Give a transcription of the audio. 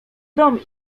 dom